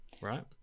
right